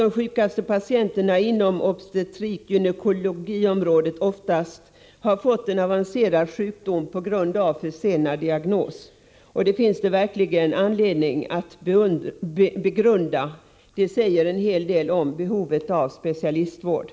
De sjukaste patienterna inom obstetrikgynekologi har faktiskt oftast fått en avancerad sjukdom på grund av försenad diagnos. Det finns verkligen anledning att begrunda detta. Det säger en hel del om behovet av specialistvård.